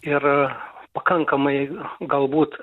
ir pakankamai galbūt